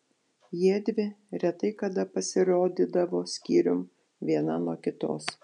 jiedvi retai kada pasirodydavo skyrium viena nuo kitos